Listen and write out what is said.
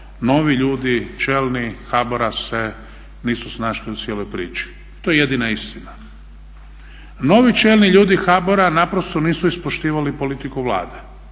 novi ljudi čelni HBOR-a se nisu snašli u cijeloj priči. To je jedina istina. Novi čelni ljudi HBOR-a naprosto nisu ispoštivali politiku Vlade.